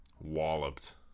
walloped